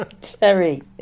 terry